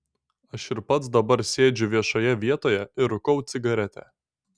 aš ir pats dabar sėdžiu viešoje vietoje ir rūkau cigaretę